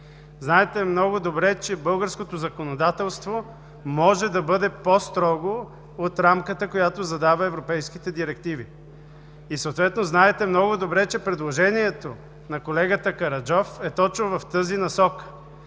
Знаете много добре, че българското законодателство може да бъде по-строго от рамката, която задава европейската директива, и съответно знаете много добре, че предложението на колегата Караджов е точно в тази насока